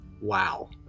wow